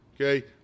okay